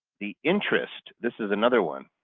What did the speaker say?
the interest, this is another one.